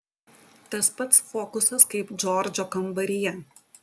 tas pats fokusas kaip džordžo kambaryje